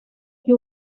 que